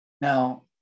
Now